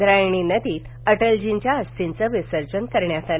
व्रियण ठ नदत्ति अटलजींच्या अस्थींचं विसर्जन करण्यात आलं